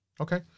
Okay